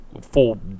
full